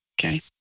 Okay